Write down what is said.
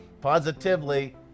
positively